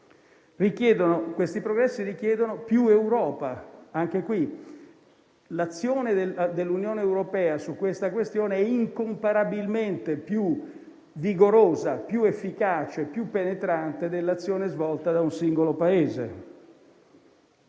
Tali progressi richiedono più Europa; l'azione dell'Unione europea su tale questione è incomparabilmente più vigorosa, più efficace e più penetrante dell'azione svolta da un singolo Paese.